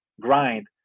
grind